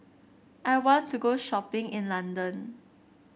I want to go shopping in London